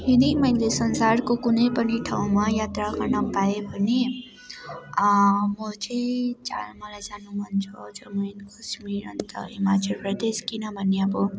यदि मैले संसारको कुनै पनि ठाउँमा यात्रा गर्न पाएँ भने म चाहिँ जहाँ मलाई जानु मन छ जम्मु एन्ड कश्मिर अन्त हिमाचल प्रदेश किनभने अब